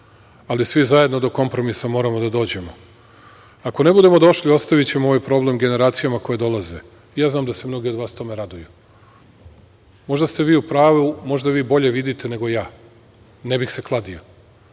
ali svi zajedno do kompromisa moramo da dođemo. Ako ne budemo došli, ostavićemo ovaj problem generacijama koje dolaze. Ja znam da se mnogi od vas tome raduju. Možda ste vi u pravu, možda vi bolje vidite nego ja. Ne bih se kladio.